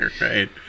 Right